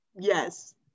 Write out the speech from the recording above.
Yes